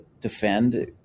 defend